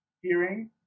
hearing